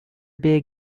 big